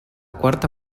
quarta